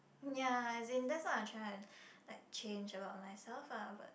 ya as in that's why I'm trying to like change about myself lah but